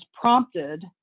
prompted